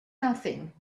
nothing